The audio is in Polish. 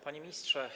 Panie Ministrze!